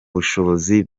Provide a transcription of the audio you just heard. bushobozi